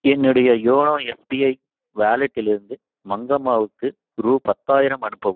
என்னுடைய YONO SBI வாலெட்டிலிருந்து மங்கம்மாவுக்கு ரூ பத்தாயிரம் அனுப்பவும்